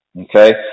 Okay